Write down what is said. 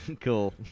Cool